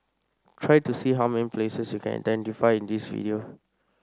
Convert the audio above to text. try to see how many places you can identify in this video